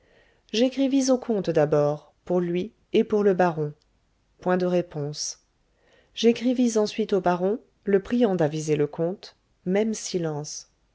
j'écrivis au comte d'abord pour lui et pour le baron point de réponse j'écrivis ensuite au baron le priant d'aviser le comte même silence